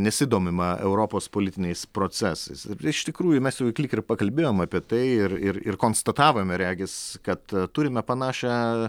nesidomima europos politiniais procesais ir iš tikrųjų mes jau lyg ir pakalbėjom apie tai ir ir ir konstatavome regis kad turime panašią